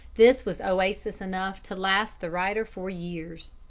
this was oasis enough to last the writer for years.